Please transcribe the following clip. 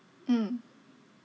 mm